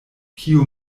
kiu